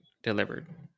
delivered